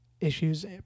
issues